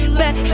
back